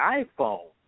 iPhone